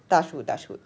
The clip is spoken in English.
touch wood touch wood